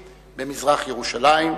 במזרח-ירושלים.